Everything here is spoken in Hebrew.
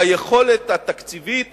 ביכולת התקציבית